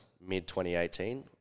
mid-2018